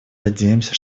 надеемся